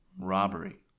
robbery